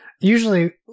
usually